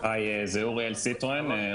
אוריאל סיטרואן,